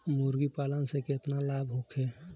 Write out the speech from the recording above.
मुर्गीपालन से केतना लाभ होखे?